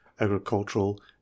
agricultural